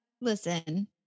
Listen